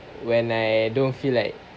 when I don't feel like